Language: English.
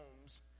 homes